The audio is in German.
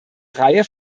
reihe